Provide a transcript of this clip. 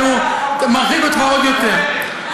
מרחיק אותך עוד יותר.